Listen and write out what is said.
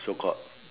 so called